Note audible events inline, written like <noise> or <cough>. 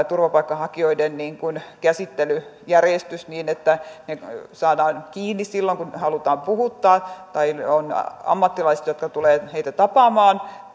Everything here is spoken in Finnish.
<unintelligible> turvapaikanhakijoiden käsittelyjärjestyksen niin että heidät saadaan kiinni silloin kun halutaan puhuttaa tai on ammattilaiset jotka tulevat heitä tapaamaan <unintelligible>